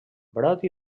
brot